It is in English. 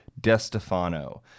Destefano